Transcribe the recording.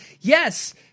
yes